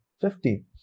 Fifty